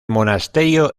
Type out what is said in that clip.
monasterio